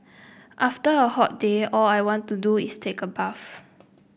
after a hot day all I want to do is take a bath